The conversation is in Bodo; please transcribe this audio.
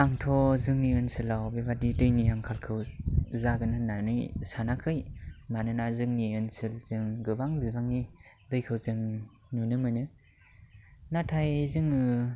आंथ' जोंनि ओनसोलाव बेबादि दैनि आंखालखौ जागोन होननानै सानाखै मानोना जोंनि ओनसोलजों गोबां बिबांनि दैखौ जों नुनो मोनो नाथाय जोङो